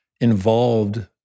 involved